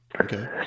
Okay